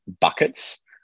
buckets